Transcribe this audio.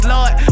Lord